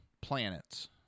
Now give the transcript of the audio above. planets